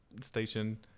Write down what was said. station